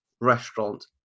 restaurant